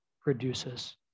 produces